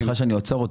סליחה שאני עוצר אותו.